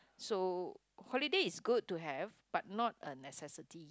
so holidays is good to have but not a necessity